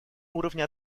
уровня